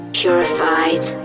purified